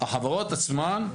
החברות עצמן,